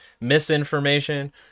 misinformation